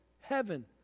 Heaven